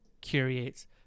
Curates